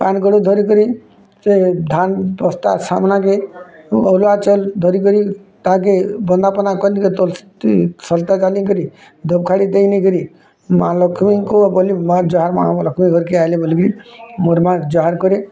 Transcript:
ଧାନ୍ ଗୋଡ଼ା ଧରିକିରି ସେ ଧାନ୍ ବସ୍ତା ସାମନାକେ ଆରୁଆ ଚାଲ୍ ଧରିକିଣି ତାହାକେ ବନ୍ଦାପନା କଲି କେ ତୋଲ୍ସି ସଂସ୍ଥା ଜାନିକରି ଦୋଖଡ଼ି ଦେଇ ନେଇକରି ମା' ଲକ୍ଷ୍ମୀଙ୍କୁ ବୋଲି ମା' ଯୁହାର୍ ଲକ୍ଷ୍ମୀ ଘର୍କେ ଆଇଲେ ବୋଲିକିରି ମୋର୍ ମା' ଜୁହାର୍ କରେ